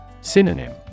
Synonym